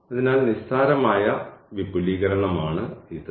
അതിനാൽ നിസ്സാരമായ വിപുലീകരണമാണ് ഇത്